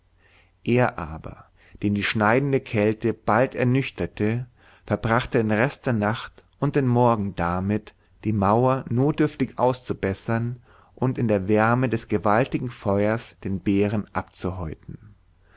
er aber den die schneidende kälte bald ernüchterte verbrachte den rest der nacht und den morgen damit die mauer notdürftig auszubessern und in der wärme eines gewaltigen feuers den bären